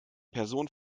person